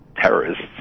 terrorists